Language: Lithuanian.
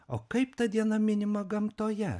o kaip ta diena minima gamtoje